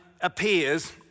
Appears